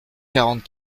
quarante